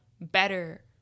better